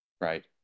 right